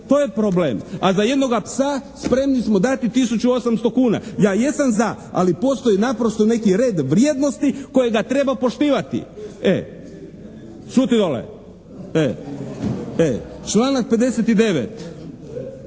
To je problem. A za jednoga psa spremni smo dati 1800 kuna. Ja jesam za, ali postoji naprosto neki red vrijednosti kojega treba poštivati. Šuti dole! Članak 59.